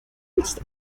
ist